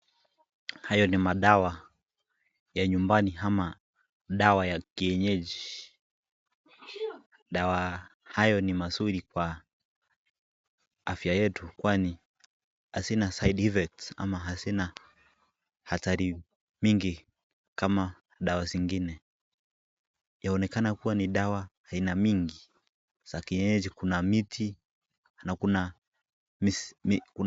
Hayo ni madawa ya nyumbani au ni madawa ya kienyeji, dawa hayo ni mazuri kwa afya yetu kwani hazina[csside effects ama hatari mingi kama dawa zingine. Yaonekana kuwa ni dawa aina mingi za kienyeji, kuna miti na kuna mizizi.